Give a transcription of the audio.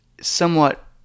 somewhat